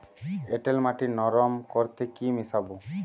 এঁটেল মাটি নরম করতে কি মিশাব?